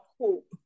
hope